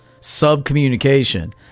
Subcommunication